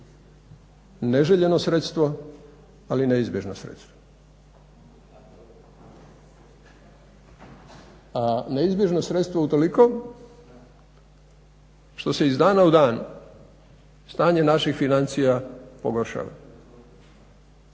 neželjeno sredstvo ali neizbježno sredstvo. A neizbježno sredstvo utoliko što se iz dana u dan stanje naših financija pogoršava.